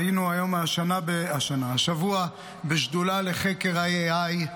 היינו השבוע בשדולה לחקר ה-AI,